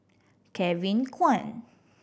Kevin Kwan